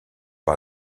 par